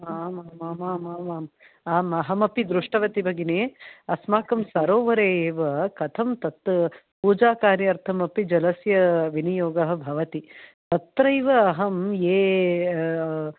आम् आम् आम् आम् आम् आम् अहमपि दृष्टवती भगिनी अस्माकं सरोवरे एव कथं तत् पूजा कार्यार्थम् अपि जलस्य विनियोगः भवति तत्रैव अहं ये